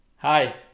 Hi